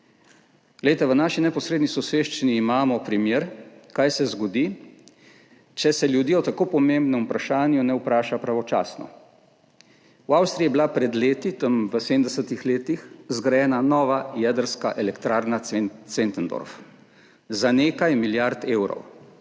odločali. V naši neposredni soseščini imamo primer, kaj se zgodi, če se ljudi o tako pomembnem vprašanju ne vpraša pravočasno. V Avstriji je bila pred leti, v 70. letih, zgrajena nova jedrska elektrarna Zwentendorf za nekaj milijard evrov.